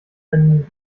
ein